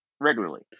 regularly